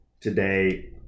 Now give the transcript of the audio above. today